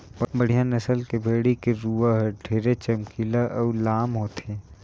बड़िहा नसल के भेड़ी के रूवा हर ढेरे चमकीला अउ लाम होथे